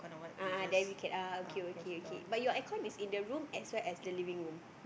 a'ah then we can ah okay okay okay but your air con is in the room as well as the living room